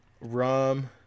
rum